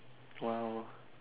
!wow!